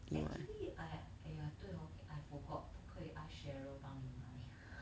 actually !aiya! !aiya! 对 hor I forgot 不可以 ask cheryl 帮你买